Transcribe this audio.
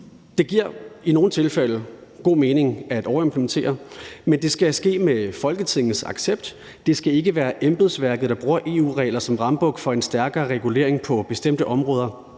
det giver i nogle tilfælde god mening at overimplementere, men det skal ske med Folketingets accept, og det skal ikke være embedsværket, der bruger EU-regler som rambuk for en stærkere regulering på bestemte områder,